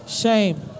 Shame